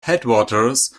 headwaters